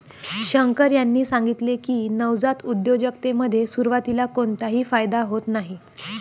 शंकर यांनी सांगितले की, नवजात उद्योजकतेमध्ये सुरुवातीला कोणताही फायदा होत नाही